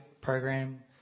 Program